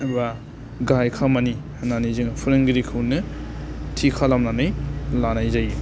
एबा गाहाय खामानि होन्नानै जों फोरोंगिरिखौनो थि खालामनानै लानाय जायो